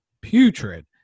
Putrid